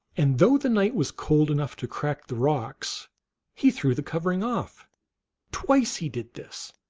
and though the night was cold enough to crack the rocks he threw the covering off twice he did this,